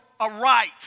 aright